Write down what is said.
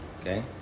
Okay